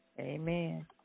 Amen